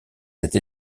cette